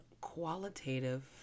qualitative